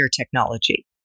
technology